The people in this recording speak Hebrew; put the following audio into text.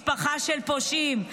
משפחה של פושעים.